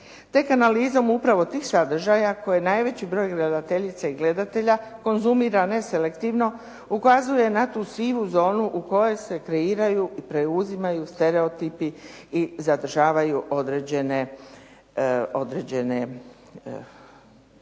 Tek analizom upravo tih sadržaja koje najveći broj gledateljica i gledatelja konzumira neselektivno ukazuje na tu sivu zonu u kojoj se kreiraju i preuzimaju stereotipi i zadržavaju određene,